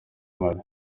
mali